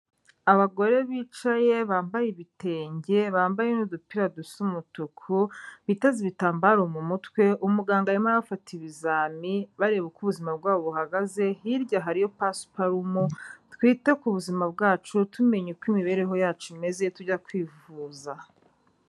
Abagore bicaye bambaye ibitenge, bambaye n'udupira dusa umutuku, biteze ibitambaro mu mutwe, umuganga arimo arabafata ibizami, bareba uko ubuzima bwabo buhagaze, hirya hariyo pasiparumu, twita ku buzima bwacu tumenye uko imibereho yacu imeze tujya kwivuza.